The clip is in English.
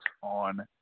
on